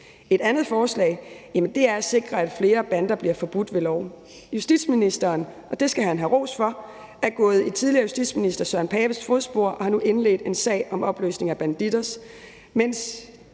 Et andet forslag er at sikre, at flere bander bliver forbudt ved lov. Justitsministeren, det skal han have ros for, er gået i tidligere justitsminister Søren Pape Poulsens fodspor og har nu indledt en sag om opløsning af Bandidos, mens